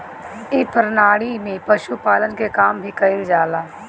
ए प्रणाली में पशुपालन के काम भी कईल जाला